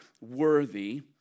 worthy